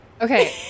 Okay